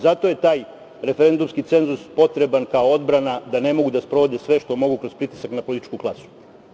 Zato je taj referendumski cenzus potreban kao odbrana, da ne mogu da sprovode sve što mogu kroz političku klasu.